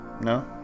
No